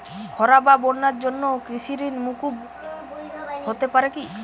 খরা বা বন্যার জন্য কৃষিঋণ মূকুপ হতে পারে কি?